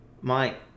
mike